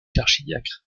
l’archidiacre